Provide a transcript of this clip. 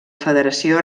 federació